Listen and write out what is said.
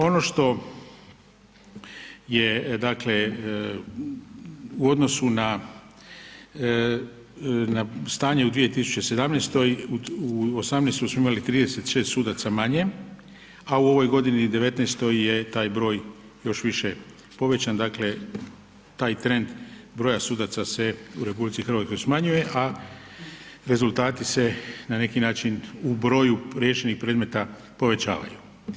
Ono što je dakle u odnosu na stanje u 22017., u 2018. smo imali 36 sudaca manje, a u ovoj godini 2019. je taj broj još više povećan, dakle taj trend broja sudaca se u RH smanjuje a rezultati se na neki način u broju riješenih predmeta povećavaju.